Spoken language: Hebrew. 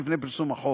לפני פרסום החוק.